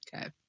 okay